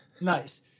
nice